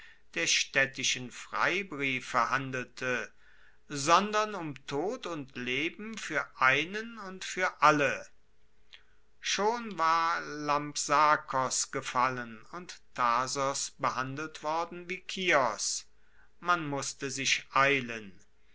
der staedtischen freibriefe handelte sondern um tod und leben fuer einen und fuer alle schon war lampsakos gefallen und thasos behandelt worden wie kios man musste sich eilen